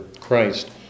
Christ